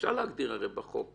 הרי אפשר להגדיר בחוק,